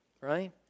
right